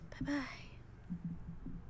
Bye-bye